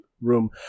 room